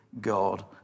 God